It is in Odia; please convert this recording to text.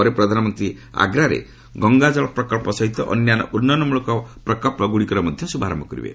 ପରେ ପ୍ରଧାନମନ୍ତ୍ରୀ ଆଗ୍ରାଠାରେ ଗଙ୍ଗା ଜଳ ପ୍ରକଳ୍ପ ସହିତ ଅନ୍ୟାନ୍ୟ ଉନ୍ନୟନ ମୂଳକ ପ୍ରକଳ୍ପଗୁଡ଼ିକର ମଧ୍ୟ ଶୁଭାରୟ କରିବେ